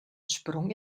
sprung